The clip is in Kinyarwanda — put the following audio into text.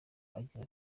agira